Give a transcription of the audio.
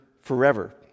forever